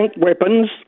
weapons